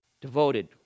devoted